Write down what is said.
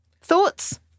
Thoughts